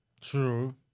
True